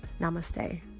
Namaste